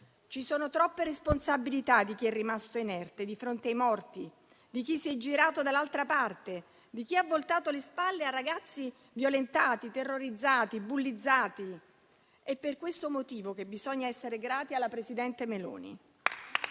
Ci sono troppe responsabilità di chi è rimasto inerte di fronte ai morti, di chi si è girato dall'altra parte, di chi ha voltato le spalle a ragazzi violentati, terrorizzati, bullizzati. È per questo motivo che bisogna essere grati alla presidente Meloni.